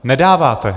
Nedáváte.